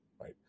right